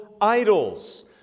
idols